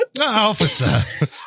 officer